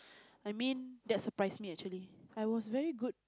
I mean that surprised me actually I was very good